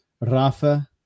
Rafa